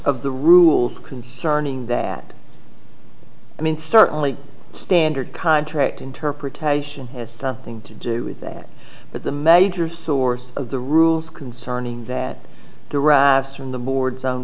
of the rules concerning that i mean certainly standard contract interpretation has something to do with that but the major source of the rules concerning that derives from the board's o